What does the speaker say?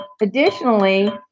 Additionally